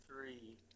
three